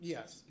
Yes